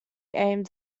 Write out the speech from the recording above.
aimed